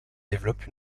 développe